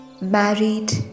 married